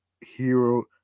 hero